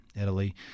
Italy